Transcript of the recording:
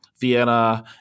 Vienna